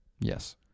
Yes